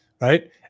right